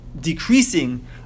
decreasing